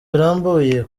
birambuye